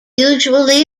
usually